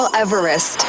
Everest